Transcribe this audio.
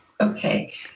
Okay